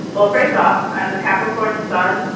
well, first off, i'm a capricorn sun,